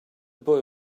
boy